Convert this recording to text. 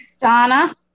Donna